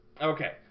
Okay